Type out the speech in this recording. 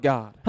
God